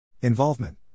Involvement